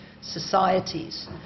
societies